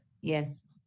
Yes